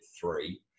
three